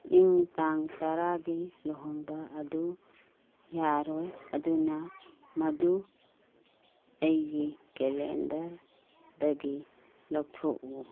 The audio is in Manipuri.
ꯏꯪ ꯇꯥꯡ ꯇꯔꯥꯒꯤ ꯂꯨꯍꯣꯡꯕ ꯑꯗꯨ ꯌꯥꯔꯣꯏ ꯑꯗꯨꯅ ꯃꯗꯨ ꯑꯩꯒꯤ ꯀꯦꯂꯦꯟꯗꯔꯗꯒꯤ ꯂꯧꯊꯣꯛꯎ